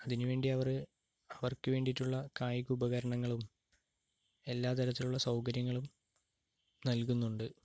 അതിനുവേണ്ടി അവർ അവർക്കു വേണ്ടിയിട്ടുള്ള കായിക ഉപകരണങ്ങളും എല്ലാത്തരത്തിലുള്ള സൗകര്യങ്ങളും നൽകുന്നുണ്ട്